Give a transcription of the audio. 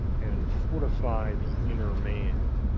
and fortify the inner man.